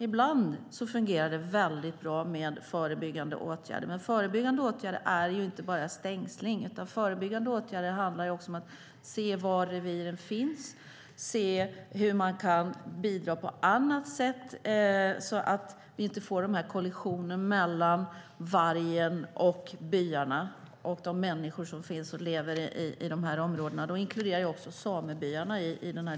Ibland fungerar det bra med förebyggande åtgärder, men förebyggande åtgärder är inte bara stängsling. Det handlar också om att se var reviren finns och se hur man kan bidra på annat sätt så att vi inte får en kollision mellan vargen och byarna och de människor som lever i dessa områden. Jag inkluderar då också samebyarna.